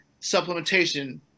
supplementation